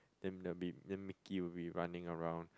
then the then Mickey would be running around